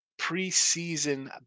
preseason